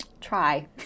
try